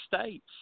states